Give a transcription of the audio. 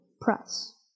press